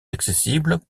accessible